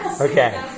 okay